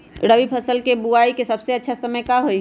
रबी फसल के बुआई के सबसे अच्छा समय का हई?